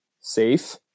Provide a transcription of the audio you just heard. safe